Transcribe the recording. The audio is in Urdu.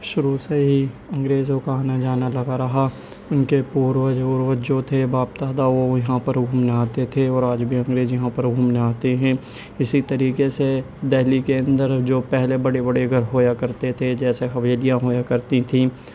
شروع سے ہی انگریزوں کا آنا جانا لگا رہا ان کے پوروج اوروج جو تھے باپ دادا وہ یہاں پر وہ گھومنے آتے تھے اور آج بھی انگریز یہاں پر گھومنے آتے ہیں اسی طریقے سے دہلی کے اندر جو پہلے بڑے بڑے گھر ہوا کرتے تھے جیسے حویلیاں ہوا کرتی تھیں